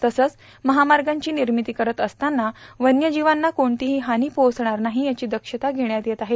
तसंच महामागची निर्मिती करत असताना वन्यजीवांना कोणतीही हानी पोचणार नाही याची दक्षत घेण्यात येत आहे